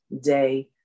day